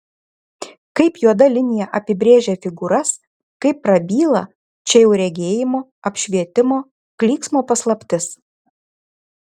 kaip juoda linija apibrėžia figūras kaip prabyla čia jau regėjimo apšvietimo klyksmo paslaptis